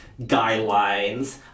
guidelines